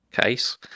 case